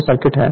यह सर्किट है